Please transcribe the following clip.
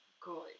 good